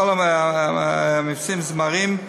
זמרים,